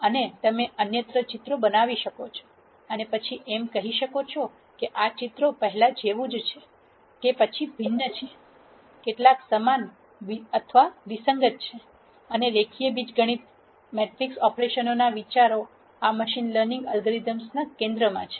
અને તમે અન્ય ચિત્રો બતાવી શકશો અને પછી એમ કહી શકો કે આ ચિત્રો પહેલા જેવું જ છે કે પછી ભિન્ન છે કેટલા સમાન અથવા વિસંગત છે અને રેખીય બીજગણિત મેટ્રિક્સ ઓપરેશનના વિચારો આ મશીન લર્નિંગ એલ્ગોરિધમ્સ ના કેન્દ્રમાં છે